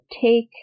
take